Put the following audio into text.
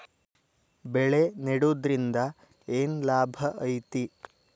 ಬೆಳೆ ನೆಡುದ್ರಿಂದ ಏನ್ ಲಾಭ ಐತಿ?